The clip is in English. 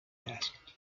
asked